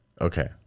okay